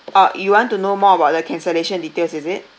orh you want to know more about the cancellation details is it